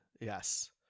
Yes